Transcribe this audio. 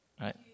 right